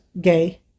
gay